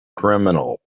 criminal